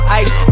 ice